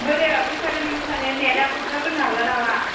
बोरो बैसागोनि मोसानो होन्नाया दाबो ओंखारबोनो हाला नामा